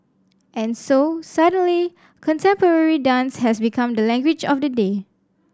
and so suddenly contemporary dance has become the language of the day